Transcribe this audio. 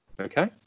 Okay